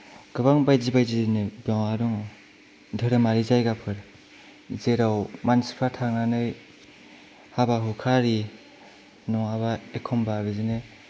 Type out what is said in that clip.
गोबां बायदि बायदिनि माबा दङ धोरोमारि जायगाफोर जेराव मानसिफोरा थांनानै हाबा हुखा आरि नङाबा एखम्बा बिदिनो